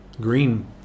Green